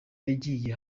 yagiye